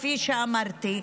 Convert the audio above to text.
כפי שאמרתי,